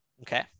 okay